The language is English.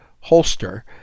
holster